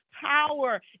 power